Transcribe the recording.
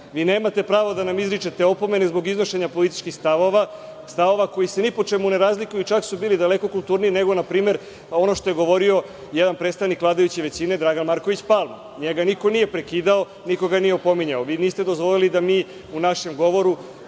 nemate pravo da nam izričite opomene zbog iznošenja političkih stavova, stavova koji se ni po čemu ne razlikuju, čak su bili daleko kulturniji nego npr. ono što je govorio jedan predstavnik vladajuće većine, Dragan Marković Palma. NJega niko nije prekidao i niko ga nije opominjao. Vi niste dozvolili da mi u našem govoru,